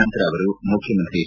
ನಂತರ ಅವರು ಮುಖ್ಯಮಂತ್ರಿ ಎಚ್